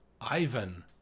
Ivan